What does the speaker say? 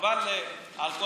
חבל על כל